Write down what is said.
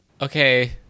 Okay